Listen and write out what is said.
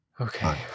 Okay